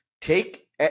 take